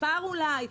ספאר אולי,